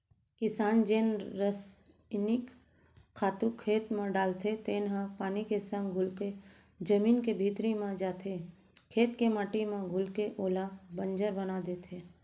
किसान जेन रसइनिक खातू खेत म डालथे तेन ह पानी के संग घुलके जमीन के भीतरी म जाथे, खेत के माटी म घुलके ओला बंजर बना देथे